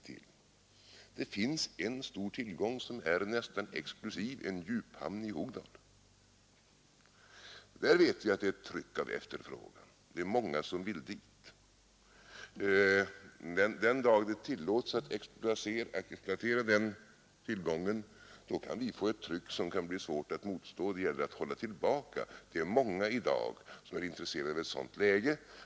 Det finns en stor tillgång som är nästan exklusiv, en djuphamn i Hogdal. Där vet jag att det är ett efterfrågetryck. Det är många som vill dit. Den dag det tillåts att exploatera den tillgången, då kan vi få ett tryck som kan bli svårt att motstå och som det gäller att hålla tillbaka. Det är många som i dag är intresserade av ett sådant läge.